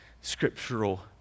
scriptural